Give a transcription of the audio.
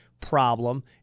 problem